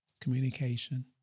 communication